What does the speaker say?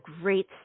great